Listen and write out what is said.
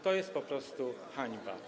To jest po prostu hańba.